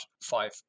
five